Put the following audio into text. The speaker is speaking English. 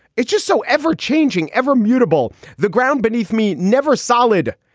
it's just so ever changing, ever mutable the ground beneath me. never solid,